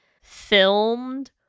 filmed